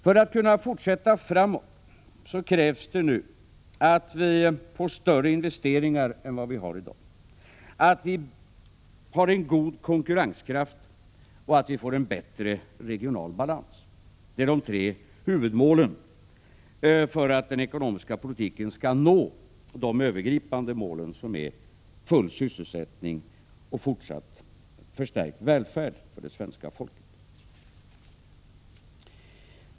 För att kunna fortsätta framåt krävs det nu att vi får större investeringar än vi har i dag, en god konkurrenskraft och en bättre regional balans. Det är de tre huvudmålen för att den ekonomiska politiken skall nå de övergripande målen som är full sysselsättning och fortsatt förstärkt välfärd för det svenska folket.